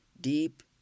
Deep